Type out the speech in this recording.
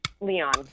Leon